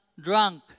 drunk